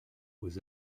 aux